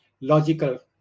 logical